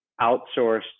outsourced